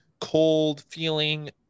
cold-feeling